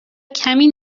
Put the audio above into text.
کمی